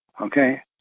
okay